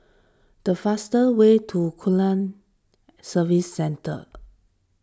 the fastest way to Aquaculture Services Centre